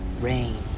rain,